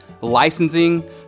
licensing